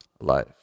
life